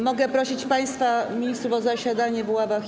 Mogę prosić państwa ministrów o zasiadanie w ławach?